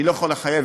אני לא יכול לחייב